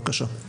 בבקשה.